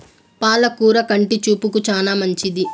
పాల కూర కంటి చూపుకు చానా మంచిది